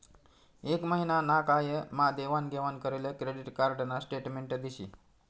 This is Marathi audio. एक महिना ना काय मा देवाण घेवाण करेल क्रेडिट कार्ड न स्टेटमेंट दिशी